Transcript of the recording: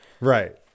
Right